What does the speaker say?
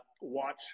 watch